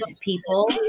people